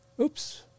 oops